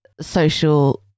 social